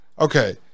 okay